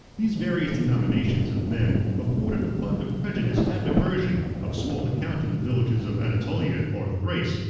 these various denominations of men afforded a fund of prejudice and aversion, of small account in the villages of anatolia or thrace,